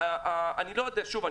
שוב,